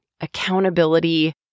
accountability